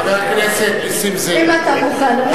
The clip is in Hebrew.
חבר הכנסת נסים זאב, אם אתה מוכן, אני מוכנה.